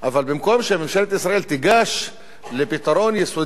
במקום שממשלת ישראל תיגש לפתרון יסודי